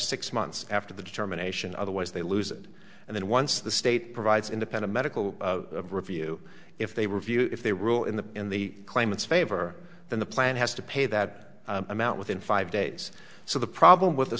six months after the determination otherwise they lose it and then once the state provides independent medical review if they review if they rule in the in the claimants favor than the plan has to pay that amount within five days so the problem with